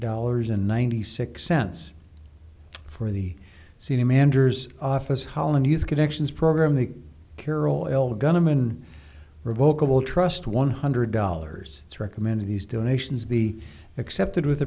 dollars and ninety six cents for the senior managers office holla news connections program the carol l gunman revokable trust one hundred dollars it's recommended these donations be accepted with